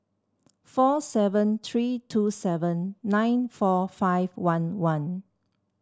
four seven three two seven nine four five one one